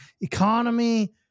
economy